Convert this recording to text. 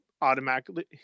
automatically